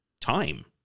time